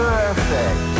Perfect